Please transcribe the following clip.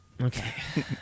Okay